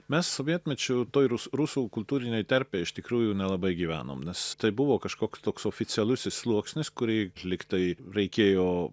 mes sovietmečiu toj rusų rusų kultūrinėj terpėj iš tikrųjų nelabai gyvenom nes tai buvo kažkoks toks oficialusis sluoksnis kurį lygtai reikėjo